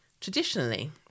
Traditionally